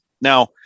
Now